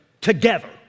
together